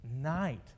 night